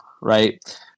Right